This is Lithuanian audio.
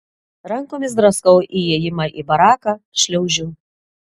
rankomis draskau įėjimą į baraką šliaužiu